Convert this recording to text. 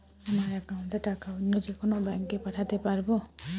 আমার একাউন্টের টাকা অন্য যেকোনো ব্যাঙ্কে পাঠাতে পারব?